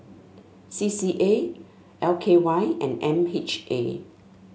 C C A L K Y and M H A